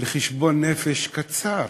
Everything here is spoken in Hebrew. לחשבון נפש קצר,